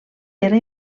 era